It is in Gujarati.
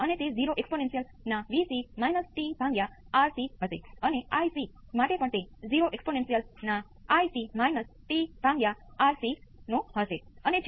આ ચોક્કસ સર્કિટ માટે V p exponential j ω t ϕ માટે સ્ટડી સ્ટેટ ઉકેલ શું છે